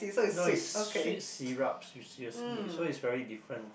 no it's sweet syrups seriously so it's very different